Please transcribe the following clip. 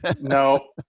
No